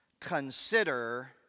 consider